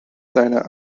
seiner